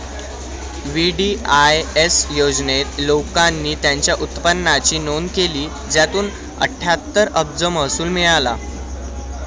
VDIS योजनेत, लोकांनी त्यांच्या उत्पन्नाची नोंद केली, ज्यातून अठ्ठ्याहत्तर अब्ज महसूल मिळाला